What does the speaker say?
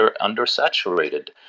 under-saturated